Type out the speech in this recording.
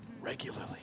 regularly